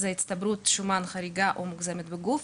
זו הצטברות שומן חריגה או מוגזמת בגוף,